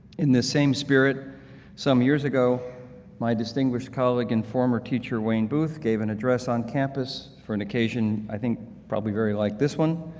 in the same spirit some years ago my distinguished colleague and former teacher wayne booth gave an address on campus, for an occasion i think probably very like this one,